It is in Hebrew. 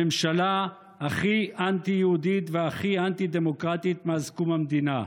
הממשלה הכי אנטי-יהודית והכי אנטי-דמוקרטית מאז קום המדינה.